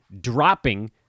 dropping